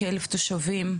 כ-1,000 תושבים,